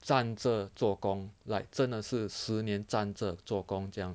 站着做工 like 真的是十年站着做工这样